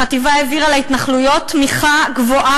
החטיבה העבירה להתנחלויות תמיכה גבוהה